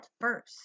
first